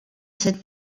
cette